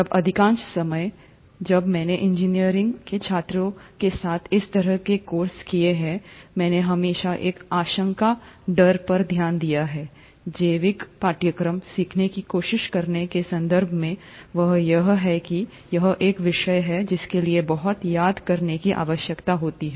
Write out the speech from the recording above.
अब अधिकांश समय जब मैंने इंजीनियरिंग के छात्रों के साथ इस तरह के कोर्स किए हैं मैंने हमेशा एक आशंका डर पर ध्यान दिया है जैविक पाठ्यक्रम सीखने की कोशिश करने के संदर्भ मैं वह यह है कि यह एक विषय है जिसके लिए बहुत याद करने की आवश्यकता होती है